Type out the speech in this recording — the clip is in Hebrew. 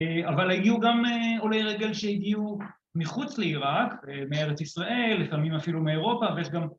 ‫אבל היו גם עולי רגל שהגיעו מחוץ לעיראק, ‫מארץ ישראל, לפעמים אפילו מאירופה ויש גם..